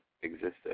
existed